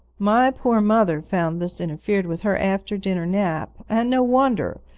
my poor mother found this interfered with her after-dinner nap, and no wonder,